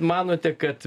manote kad